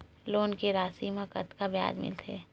Loan के राशि मा कतका ब्याज मिलथे?